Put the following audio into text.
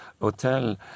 hotel